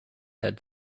had